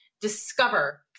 discover